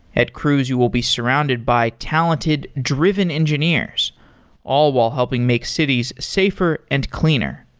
at cruise you will be surrounded by talented, driven engineers all while helping make cities safer and cleaner.